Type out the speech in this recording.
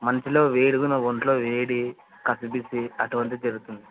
వేడిగా ఉన్న ఒంట్లో వేడి అటువంటివి జరుగుతున్నాయి